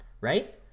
right